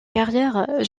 carrière